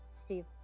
Steve